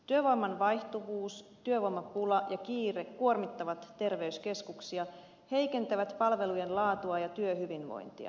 työvoiman vaihtuvuus työvoimapula ja kiire kuormittavat terveyskeskuksia heikentävät palvelujen laatua ja työhyvinvointia